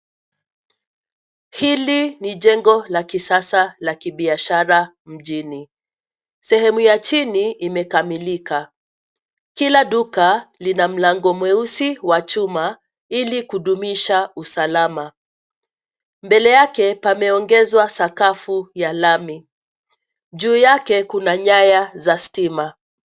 Hili ni jengo la kisasa la kibiashara mjini. Sehemu ya chini imekamilika. Kila duka, lina mlango mweusi wa chuma ili kudumisha usalama. Mbele yake pameongezwa usalama wa lami. Juu yake kuna nyaya za stima.